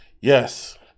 Yes